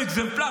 הוא אקזמפלר.